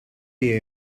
dia